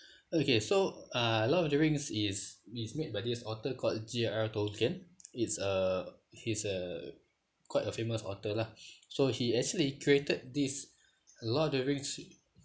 okay so uh lord of the rings it's it's made by this author called J R R tolkien it's a he's a quite a famous author lah so he actually created this a lord of the rings